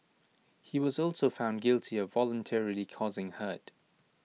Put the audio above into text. he was also found guilty of voluntarily causing hurt